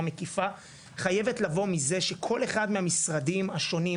מקיפה חייבת לבוא מזה שכל אחד מהמשרדים השונים,